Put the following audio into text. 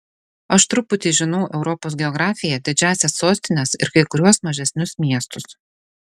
aš truputį žinau europos geografiją didžiąsias sostines ir kai kuriuos mažesnius miestus